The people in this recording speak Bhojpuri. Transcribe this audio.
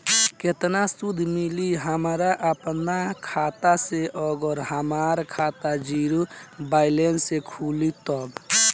केतना सूद मिली हमरा अपना खाता से अगर हमार खाता ज़ीरो बैलेंस से खुली तब?